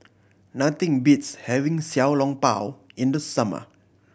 nothing beats having Xiao Long Bao in the summer